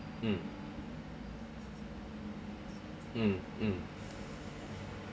mm mm mm